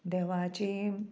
देवाचें